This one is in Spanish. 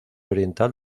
oriental